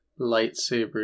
Lightsaber